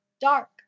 dark